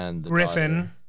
Griffin